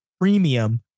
premium